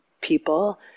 people